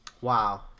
Wow